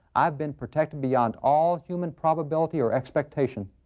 i've been protected beyond all human probability or expectation.